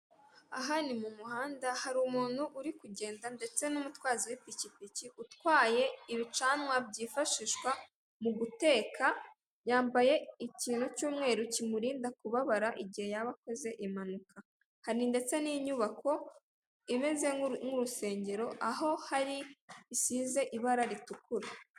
Aha ni mu muhanda, hari umuntu uri kugenda ndetse n'umutwazi w'ipikipiki utwaye ibicanwa byifashishwa mu guteka, yambaye ikintu cy'umweru kimurinda kubabara igihe yaba akoze impanuka. Hari ndetse n'inyubako imeze nk'urusengero, aho hari isize ibara ritukura.